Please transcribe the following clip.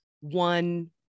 one